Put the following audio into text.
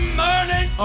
morning